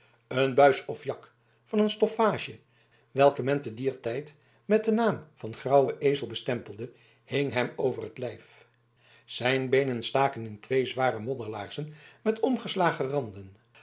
een buis of jak van een stoffage welke men te dier tijd met den naam van grauwen ezel bestempelde hing hem om t lijf zijn beenen staken in twee zware modderlaarzen met omgeslagen randen